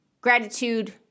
gratitude